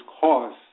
cause